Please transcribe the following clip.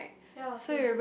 ya the same